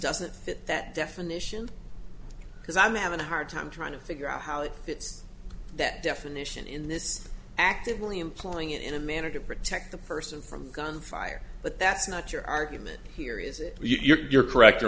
doesn't fit that definition because i'm having a hard time trying to figure out how it fits that definition in this actively employing it in a manner to protect the person from gunfire but that's not your argument here is it you're correct